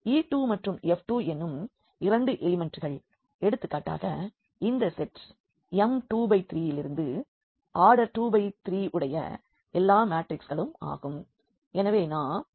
e 2 மற்றும் f 2 என்னும் 2 எலிமெண்ட்கள் எடுத்துக்காட்டாக இந்த செட் M2×3 இலிருந்து ஆர்டர் 2×3 வுடைய எல்லா மேட்ரிக்ஸ்களும் ஆகும்